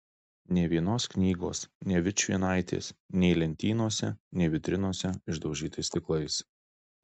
nė vienos knygos nė vičvienaitės nei lentynose nei vitrinose išdaužytais stiklais